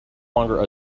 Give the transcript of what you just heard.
longer